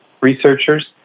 researchers